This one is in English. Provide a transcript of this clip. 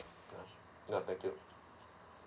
no thank you